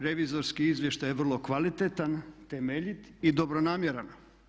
Revizorski izvještaj je vrlo kvalitetan, temeljit i dobronamjeran.